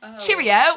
Cheerio